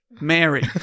Mary